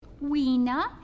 Weena